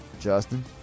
Justin